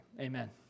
Amen